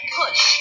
push